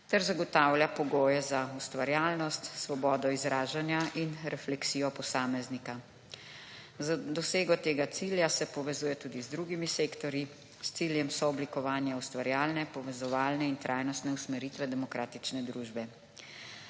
ter zagotavlja pogoje za ustvarjalnost, svobodo izražanja in refleksijo posameznika. Za dosego tega cilja se povezuje tudi z drugimi sektorji, s ciljem sooblikovanja ustvarjalne, **43. TRAK (VI) 12.30** (Nadaljevanje) povezovalne in trajnostne usmeritve demokratične družbe.